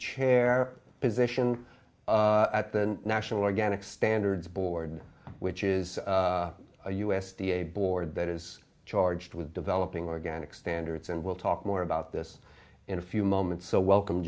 chair position at the national organic standards board which is a u s d a board that is charged with developing organic standards and we'll talk more about this in a few moments so welcome